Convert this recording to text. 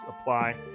apply